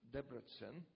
Debrecen